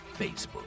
Facebook